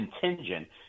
contingent